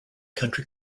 country